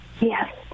Yes